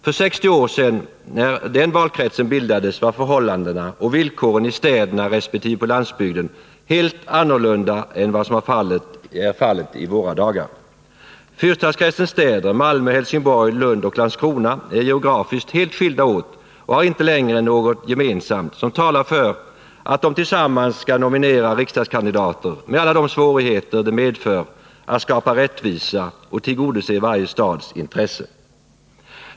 För 60 år sedan, när den valkretsen bildades, var förhållandena och villkoren i städerna resp. på landsbygden helt annorlunda än vad som är fallet i våra dagar. Fyrstadskretsens städer — Malmö, Helsingborg, Lund och Landskrona — är geografiskt helt skilda åt och har inte längre något gemensamt som talar för att de tillsammans skall nominera riksdagskandidater med alla de svårigheter det medför att skapa rättvisa och tillgodose varje stads intressen.